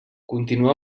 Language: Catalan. continua